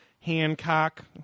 Hancock